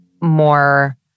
more